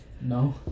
No